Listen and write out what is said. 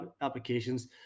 applications